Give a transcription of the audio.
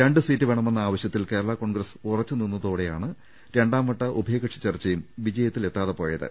രണ്ട് സീറ്റ് വേണമെന്ന ആവശ്യത്തിൽ കേരള കോൺഗ്രസ് ഉറച്ചു നിന്നതോടെയാണ് രണ്ടാംവട്ട ഉഭയകക്ഷി ചർച്ചയും വിജയത്തിലെത്താതെ പോയത്